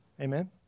Amen